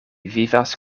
vivas